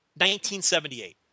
1978